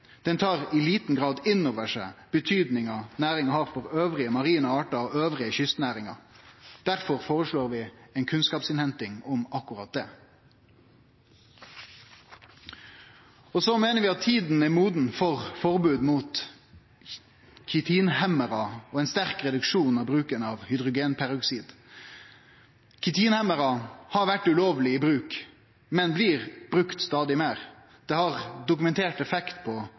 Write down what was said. den same kunnskapsbaserte behandlinga. Her meiner eg det ligg ei utfordring i kunnskapsgrunnlaget frå Havforskingsinstituttet, som meldinga i stor grad byggjer kriteria på. Det tar i liten grad inn over seg betydninga næringa har for andre marine artar og andre kystnæringar. Difor føreslår vi ei kunnskapsinnhenting om akkurat det. Så meiner vi at tida er moden for forbod mot kitinhemmarar og ein sterk reduksjon i bruken av hydrogenperoksid. Kitinhemmarar har